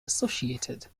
associated